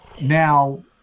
now